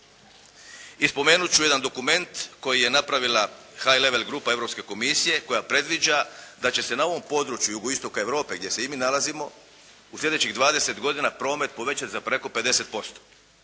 I spomenuti ću jedan dokument koji je napravila high level grupa Europske komisije koja predviđa da će se na ovom području jugoistoka Europe gdje se i mi nalazimo u sljedećih 20 godina promet povećati za preko 50%.